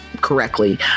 correctly